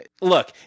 look